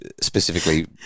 specifically